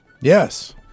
Yes